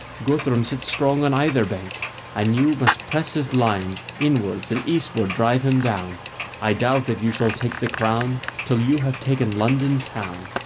guthrum sits strong on either bank and you must press his lines inwards, and eastward drive him down i doubt if you shall take the crown till you have taken london town.